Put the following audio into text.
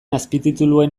azpitituluen